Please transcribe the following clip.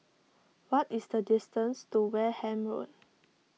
what is the distance to Wareham Road